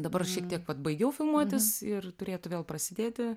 dabar šiek tiek vat baigiau filmuotis ir turėtų vėl prasidėti